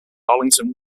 arlington